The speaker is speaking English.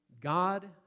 God